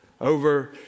over